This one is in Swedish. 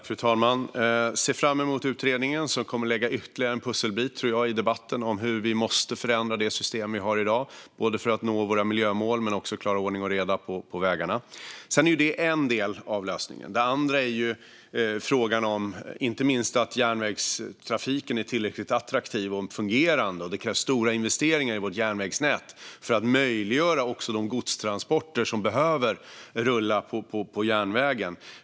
Fru talman! Jag ser fram emot utredningen, som jag tror kommer att lägga ytterligare en pusselbit i debatten om hur vi måste förändra det system vi har i dag. Det behövs både för att vi ska nå våra miljömål och för att vi ska klara att skapa ordning och reda på vägarna. Sedan är detta en del av lösningen. En annan del är inte minst frågan om att järnvägstrafiken är tillräckligt attraktiv och fungerande, och det krävs stora investeringar i vårt järnvägsnät för att möjliggöra de godstransporter som behöver rulla på järnvägen.